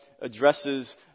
addresses